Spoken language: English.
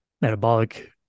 metabolic